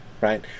right